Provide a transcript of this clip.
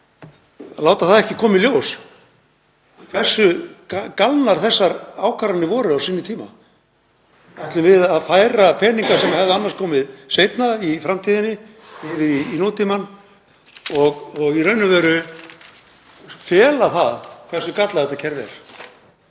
að láta það ekki koma í ljós hversu galnar þessar ákvarðanir voru á sínum tíma? Ætlum við að færa peninga sem hefðu annars komið seinna, í framtíðinni, yfir í nútímann og í raun og veru fela það hversu gallað þetta kerfi er?